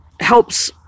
helps